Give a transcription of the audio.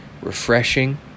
refreshing